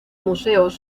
museos